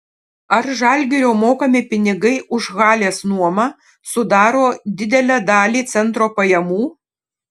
ar žalgirio mokami pinigai už halės nuomą sudaro didelę dalį centro pajamų